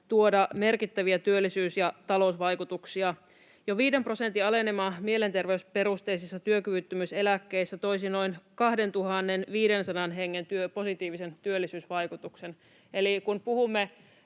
tuoda merkittäviä työllisyys- ja talousvaikutuksia. Jo 5 prosentin alenema mielenterveysperusteisissa työkyvyttömyyseläkkeissä toisi noin 2 500 hengen positiivisen työllisyysvaikutuksen. Eli kun puhumme